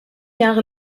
jahre